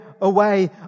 away